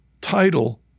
title